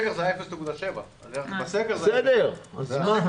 מתחת לסגר זה היה 0.7%. בסדר, אזה מה?